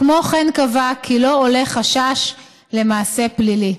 כמו כן, הוא קבע כי לא עולה חשש למעשה פלילי.